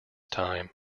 time